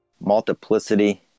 multiplicity